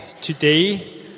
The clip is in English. today